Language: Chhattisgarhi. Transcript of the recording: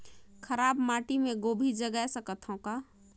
खराब माटी मे गोभी जगाय सकथव का?